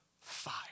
fire